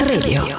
Radio